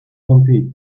compete